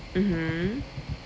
mmhmm